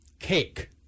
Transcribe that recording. Cake